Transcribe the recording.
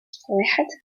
واحد